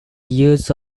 use